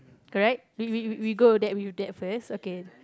correct we we we go that with that first okay